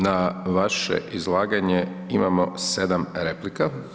Na vaše izlaganje imamo 7 replika.